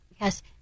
Yes